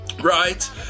right